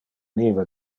nive